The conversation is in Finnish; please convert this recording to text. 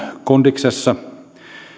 kondiksessa